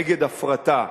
נגד הפרטה,